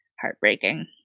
Heartbreaking